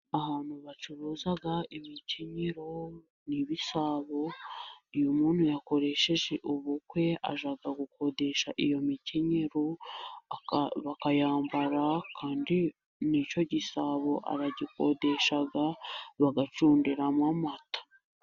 Ahantu bacuruza imikenyero n'ibisabo. Iyo muntu yakoresheje ubukwe ajyaga gukodesha iyo mikenyero bakayambara, kandi nicyo gisabo aragikodeshaga bagacundiramo amata.